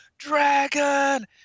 dragon